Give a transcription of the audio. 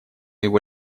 его